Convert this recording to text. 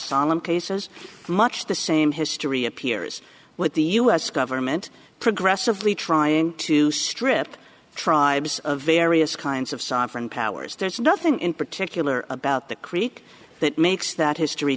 solemn cases much the same history appears with the u s government progressively trying to strip tribes of various kinds of sovereign powers there's nothing in particular about the creek that makes that history